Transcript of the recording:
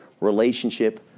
relationship